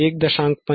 75 1